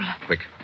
Quick